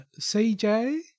CJ